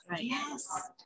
yes